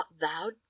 thou